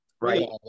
Right